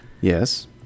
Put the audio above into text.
Yes